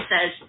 says